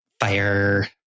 fire